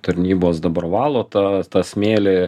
tarnybos dabar valo tą smėlį